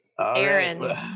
Aaron